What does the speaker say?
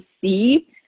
see